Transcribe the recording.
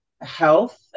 health